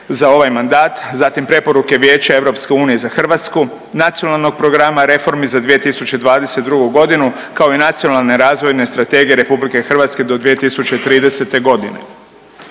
za ovaj mandat, zatim preporuke Vijeća EU za Hrvatsku, Nacionalnog programa reformi za 2022. godinu kao i Nacionalne razvojne strategije RH do 2030. godine.